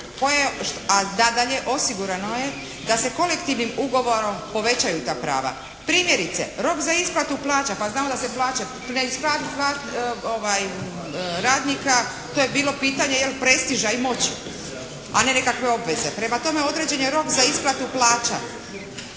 a nadalje osigurano je da se kolektivnim ugovorom povećaju ta prava. Primjerice, rok za isplatu plaća, pa znamo da se plaće radnika to je bilo pitanje jel prestiža i moći, a ne nekakve obveze. Prema tome, određen je rok za isplatu plaća.